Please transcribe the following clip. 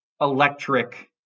electric